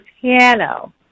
piano